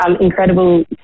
incredible